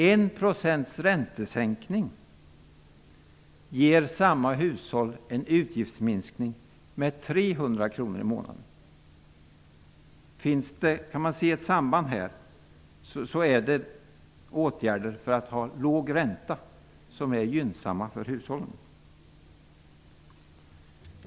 En räntesänkning med 1 % ger samma hushåll en utgiftsminskning med 300 kr i månaden. Om det finns ett samband här, är det åtgärder som bidrar till låg ränta som är gynnsamma för hushållen.